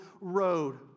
road